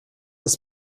ist